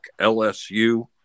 LSU